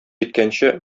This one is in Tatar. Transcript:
иткәнче